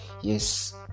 yes